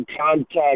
contact